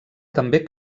també